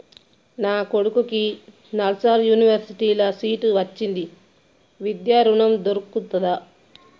నా కొడుకుకి నల్సార్ యూనివర్సిటీ ల సీట్ వచ్చింది విద్య ఋణం దొర్కుతదా?